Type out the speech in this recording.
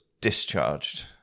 discharged